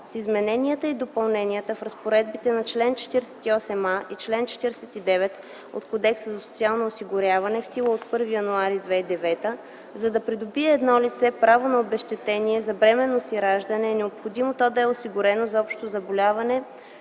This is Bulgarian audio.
С измененията и допълненията в разпоредбите на чл. 48а и чл. 49 от Кодекса за социално осигуряване (в сила от 1 януари 2009 г.), за да придобие едно лице право на обезщетение за бременност и раждане, е необходимо то да е осигурено за общо заболяване